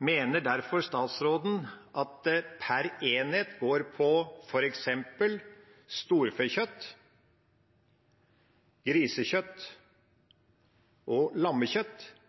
Mener derfor statsråden at «per enhet» går på f.eks. storfekjøtt, grisekjøtt og lammekjøtt